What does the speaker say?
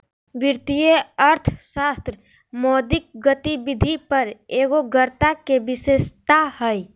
वित्तीय अर्थशास्त्र मौद्रिक गतिविधि पर एगोग्रता के विशेषता हइ